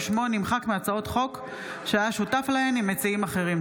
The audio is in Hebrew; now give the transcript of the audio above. ושמו נמחק מהצעות חוק שהיה שותף להן עם מציעים אחרים.